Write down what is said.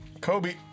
Kobe